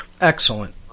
Excellent